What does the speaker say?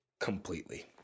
Completely